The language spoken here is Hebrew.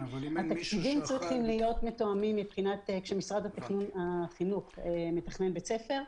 הדברים צריכים להיות מתואמים וכאשר משרד החינוך מתכנן בית ספר,